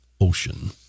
Ocean